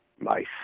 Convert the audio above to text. Nice